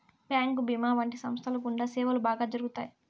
bank భీమా వంటి సంస్థల గుండా సేవలు బాగా జరుగుతాయి